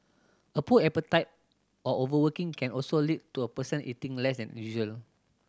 a poor appetite or overworking can also lead to a person eating less than usual